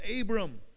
Abram